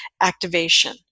activation